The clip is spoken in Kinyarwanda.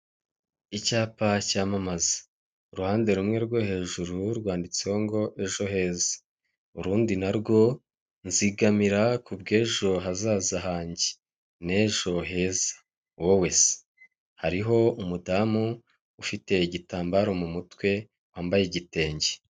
Icyapa cyamamaza uruhande rumwe rwo hejuru rwanditseho ngo ejo heza, urundi narwo nzigamira ku bw'ejo hazaza hanjye n'ejo heza wowe se, hariho umudamu ufite igitambaro mu mutwe wambaye igitenge.